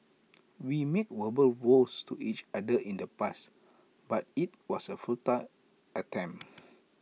we made verbal vows to each other in the past but IT was A futile attempt